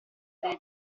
delle